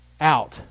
out